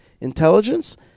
intelligence